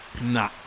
nah